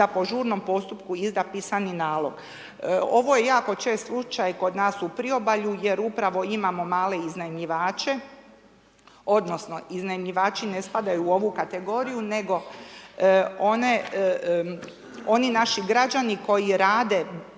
da po žurnom postupku izda pisani nalog. Ovo je jako čest slučaj kod nas u priobalju, jer upravo imamo male iznajmljivače odnosno iznajmljivači ne spadaju u ovu kategoriju, nego oni naši građani koji rade